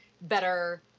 better